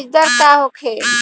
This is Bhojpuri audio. बीजदर का होखे?